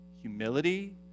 humility